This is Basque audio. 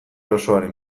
osoaren